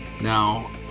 Now